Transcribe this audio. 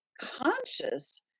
conscious